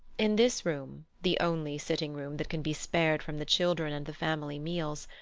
in this room, the only sitting-room that can be spared from the children and the family meals,